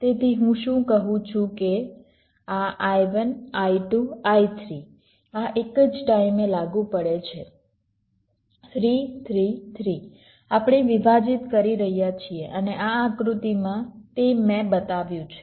તેથી અહીં હું શું કહું છું કે આ I1 I2 I3 આ એક જ ટાઈમે લાગુ પડે છે 3 3 3 આપણે વિભાજીત કરી રહ્યા છીએ અને આ આકૃતિમાં તે મેં બતાવ્યું છે